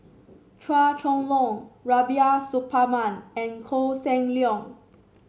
Chua Chong Long Rubiah Suparman and Koh Seng Leong